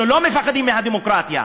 אנחנו לא מפחדים מהדמוקרטיה.